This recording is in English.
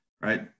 right